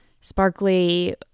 sparkly